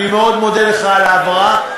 אני מאוד מודה לך על ההבהרה,